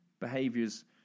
behaviors